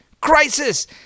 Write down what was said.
crisis